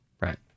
Right